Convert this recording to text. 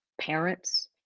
parents